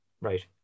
Right